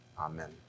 Amen